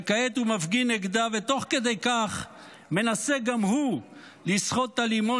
וכעת הוא מפגין נגדה ותוך כדי כך מנסה גם הוא לסחוט את הלימון